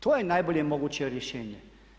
To je najbolje moguće rješenje.